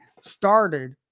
started